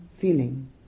feeling